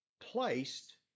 placed